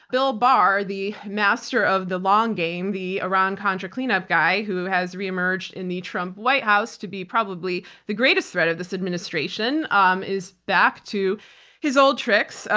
bill barr the master of the long game, the iran contra cleanup guy who has reemerged in the trump white house to be probably the greatest threat of this administration um is back to his old tricks,